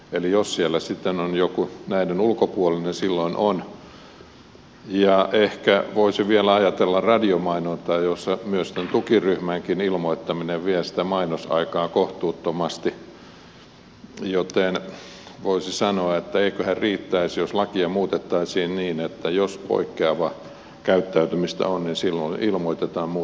eli jos siellä sitten on joku näiden ulkopuolinen silloin on ja ehkä voisi vielä ajatella radiomainontaa jossa myös tukiryhmänkin ilmoittaminen vie sitä mainosaikaa kohtuuttomasti joten voisi sanoa että eiköhän riittäisi jos lakia muutettaisiin niin että jos poikkeavaa käyttäytymistä on niin silloin ilmoitetaan muuten ei